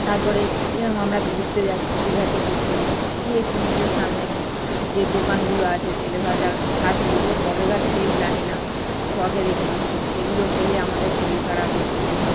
তারপরে যেরকম আমরা ঘুরতে যাচ্ছি দীঘতে ঘুরতে গেছি গিয়ে সমুদ্রের সামনে যে দোকানগুলো আছে তেলে ভাজার খাচ্ছি ওগুলো কবেকার তেল জানি না স্টকে রেখে দিচ্ছে সেগুলো খেলে আমাদের শরীর খারাপ হচ্ছে